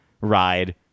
ride